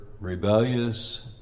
rebellious